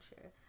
sure